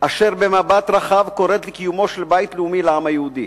אשר במבט רחב קוראת לקיומו של בית לאומי לעם היהודי.